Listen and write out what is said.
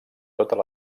totes